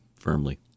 firmly